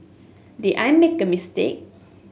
did I make a mistake